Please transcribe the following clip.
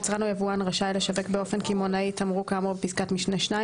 יצרן או יבואן רשאי לשווק באופן קמעונאי תמרוק כאמור בפסקת משנה (2),